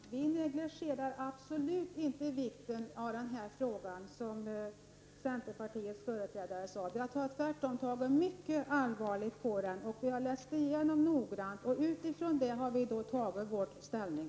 Herr talman! Vi negligerar absolut inte vikten av information i denna fråga, vilket centerpartiets företrädare påstod. Tvärtom tar vi mycket allvarligt på detta ärende. Vi har läst igenom texten noggrant, och därefter har vi tagit ställning.